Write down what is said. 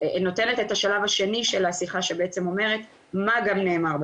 את השלב השני של השיחה שבעצם אומרת מה גם נאמר בשיחה.